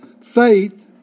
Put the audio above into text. Faith